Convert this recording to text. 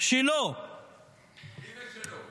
שלו --- של מי זה "שלו"?